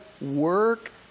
work